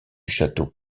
château